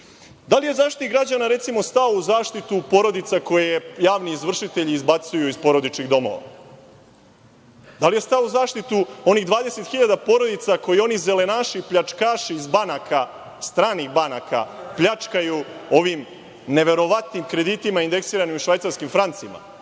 li je Zaštitnik građana, recimo, stao u zaštitu porodica koje javni izvršitelji izbacuju iz porodičnih domova? Da li je stao u zaštitu onih 20 hiljada porodica koje oni zelenaši, pljačkaši iz banaka, stranih banaka pljačkaju ovim neverovatnim kreditima indeksiranim u švajcarskim francima?